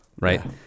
right